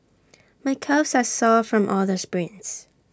my calves are sore from all the sprints